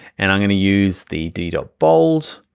and i'm gonna use the d dot bold.